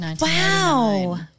Wow